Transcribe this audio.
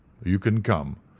you can come,